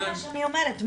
זה מה שאני אומרת.